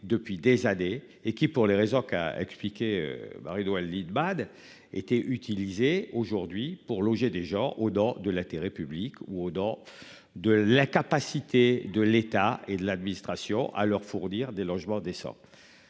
depuis des années et qui pour les réseaux qu'a expliqué Barid Walid Bad étaient utilisés aujourd'hui pour loger des gens aux dans de l'intérêt public ou aux dents de la capacité de l'État et de l'administration à leur fournir des logements décents.